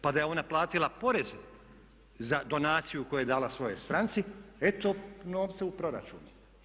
Pa da je ona platila porez za donaciju koju je dala svojoj stranci eto novca u proračunu.